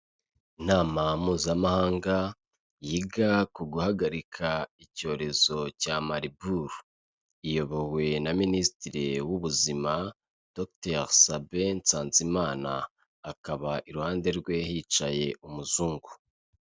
Inama mpuzamahanga yiga ku guhagarika icyorezo cya Mariburu, iyobowe na Minisitiri w'ubuzima Dogiteri Sabe Nsanzimana, akaba iruhande rwe hicaye umuzungu.